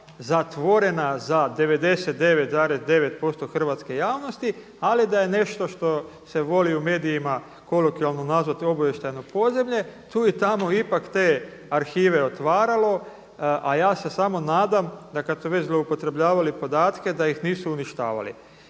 zatvorena za 99,9% hrvatske javnosti, ali da je nešto što se voli u medijima kolokvijalno nazvati obavještajno podzemlje, tu i tamo ipak te arhive otvaralo. A ja se samo nadam da kada su već zloupotrebljavali podatke da ih nisu uništavali.